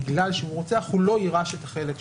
בגלל שהוא רוצח, הוא לא יירש את החלק שלה.